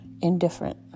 indifferent